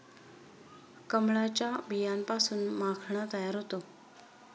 कमळाच्या बियांपासून माखणा तयार होतो